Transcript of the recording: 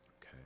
okay